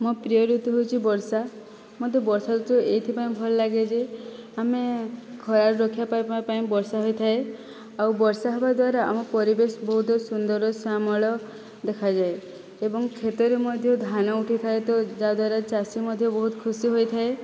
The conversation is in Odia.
ମୋ' ପ୍ରିୟ ଋତୁ ହେଉଛି ବର୍ଷା ମୋତେ ବର୍ଷା ଋତୁ ଏଇଥିପାଇଁ ଭଲ ଲାଗେ ଯେ ଆମେ ଖରାରୁ ରକ୍ଷା ପାଇବା ପାଇଁ ବର୍ଷା ହୋଇଥାଏ ଆଉ ବର୍ଷା ହେବା ଦ୍ଵାରା ଆମ ପରିବେଶ ବହୁତ ସୁନ୍ଦର ଶ୍ୟାମଳ ଦେଖା ଯାଏ ଏବଂ କ୍ଷେତରେ ମଧ୍ୟ ଧାନ ଉଠିଥାଏ ତ ଯାହାଦ୍ଵାରା ଚାଷୀ ମଧ୍ୟ ବହୁତ ଖୁସି ହୋଇଥାଏ